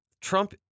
Trump